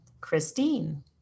Christine